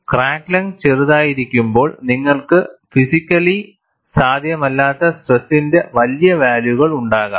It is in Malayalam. ക്രാക്ക് ലെങ്ത് ചെറുതായിരിക്കുമ്പോൾ നിങ്ങൾക്ക് ഫിസിക്കലി സാധ്യമല്ലാത്ത സ്ട്രെസ്സ്സിന്റെ വലിയ വാല്യൂകൾ ഉണ്ടാകാം